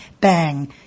bang